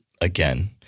again